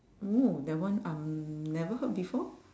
oo that one I'm never heard before